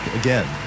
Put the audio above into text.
again